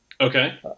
Okay